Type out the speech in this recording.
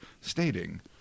stating